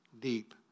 deep